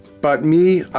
but me,